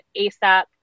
ASAP